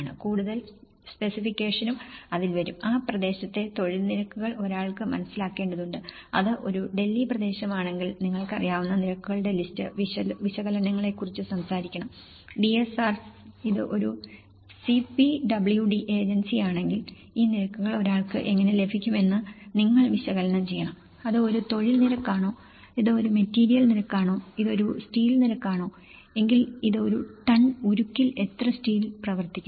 കൂടാതെ സ്പെസിഫിക്കേഷനും അതിൽ വരും ആ പ്രദേശത്തെ തൊഴിൽ നിരക്കുകൾ ഒരാൾക്ക് മനസിലാക്കേണ്ടതുണ്ട് ഇത് ഒരു ഡൽഹി പ്രദേശമാണെങ്കിൽ നിങ്ങൾക്ക് അറിയാവുന്ന നിരക്കുകളുടെ ലിസ്റ്റ് വിശകലനത്തെക്കുറിച്ച് സംസാരിക്കണം DSRs ഇത് ഒരു CPWD ഏജൻസി ആണെങ്കിൽ ഈ നിരക്കുകൾ ഒരാൾക്ക് എങ്ങനെ ലഭിക്കുംഎന്ന് നിങ്ങൾ വിശകലനം ചെയ്യണം അത് ഒരു തൊഴിൽ നിരക്കാണോ ഇത് ഒരു മെറ്റീരിയൽ നിരക്കാണോ ഇത് ഒരു സ്റ്റീൽ നിരക്കാണോ എങ്കിൽ ഇത് ഒരു ടൺ ഉറുക്കിൽ എത്ര സ്റ്റീൽ പ്രവർത്തിക്കുന്നു